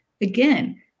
Again